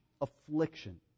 affliction